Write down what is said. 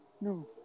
No